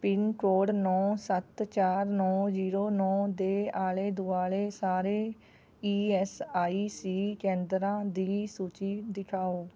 pin code ਨੌ ਸੱਤ ਚਾਰ ਨੌ ਜ਼ੀਰੋ ਨੌ ਦੇ ਆਲੇ ਦੁਆਲੇ ਸਾਰੇ ਈ ਐੱਸ ਆਈ ਸੀ ਕੇਂਦਰਾਂ ਦੀ ਸੂਚੀ ਦਿਖਾਓ